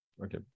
Okay